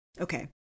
Okay